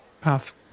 path